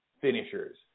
finishers